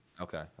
Okay